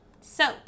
Soap